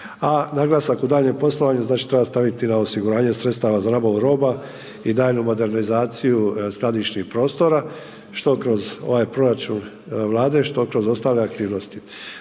A naglasak u daljnjem poslovanju znači treba staviti na osiguranje sredstava za nabavu roba i daljnju modernizaciju skladišnih prostora što kroz ovaj proračun Vlade, što kroz ostale aktivnosti.